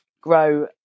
grow